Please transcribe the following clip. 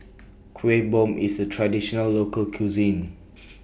Kueh Bom IS A Traditional Local Cuisine